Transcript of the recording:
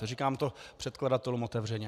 Říkám to předkladatelům otevřeně.